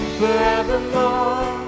forevermore